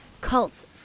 cults